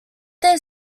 their